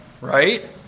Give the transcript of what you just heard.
right